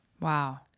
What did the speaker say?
Wow